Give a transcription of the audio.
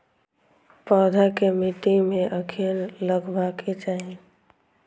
पौधा के मिट्टी में कखेन लगबाके चाहि?